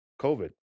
COVID